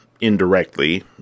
indirectly